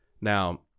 Now